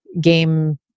Game